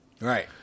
Right